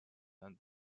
and